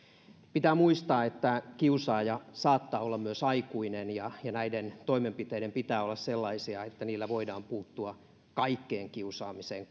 pitää muistaa että kiusaaja saattaa olla myös aikuinen ja ja näiden toimenpiteiden pitää olla sellaisia että niillä voidaan puuttua kaikkeen kiusaamiseen